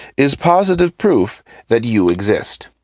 is positive proof that you exist.